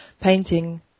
painting